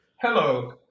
hello